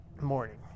morning